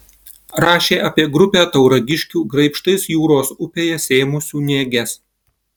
rašė apie grupę tauragiškių graibštais jūros upėje sėmusių nėges